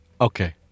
Okay